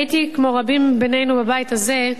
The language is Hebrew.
הייתי, כמו רבים בינינו בבית הזה,